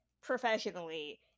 professionally